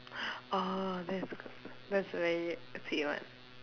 orh that's good that's very sweet one